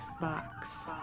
box